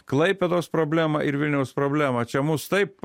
klaipėdos problema ir vilniaus problema čia mus taip